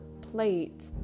plate